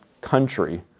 country